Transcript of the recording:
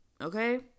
okay